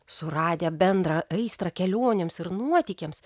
suradę bendrą aistrą kelionėms ir nuotykiams